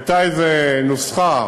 הייתה איזו נוסחה: